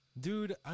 Dude